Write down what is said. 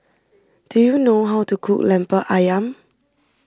do you know how to cook Lemper Ayam